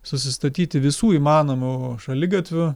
susistatyti visų įmanomų šaligatvių